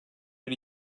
bir